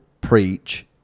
preach